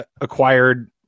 acquired